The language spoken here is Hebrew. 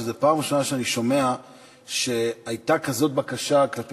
שזו הפעם הראשונה שאני שומע שהייתה כזאת בקשה כלפי